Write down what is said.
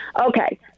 Okay